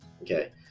Okay